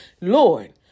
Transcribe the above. Lord